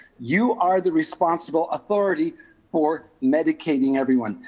you are the responsible authority for medicating everyone.